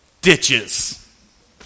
ditches